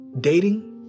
dating